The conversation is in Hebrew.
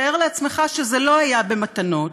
תאר לעצמך שזה לא היה במתנות,